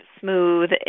smooth